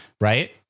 right